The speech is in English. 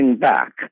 back